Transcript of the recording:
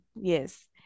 Yes